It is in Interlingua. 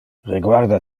reguarda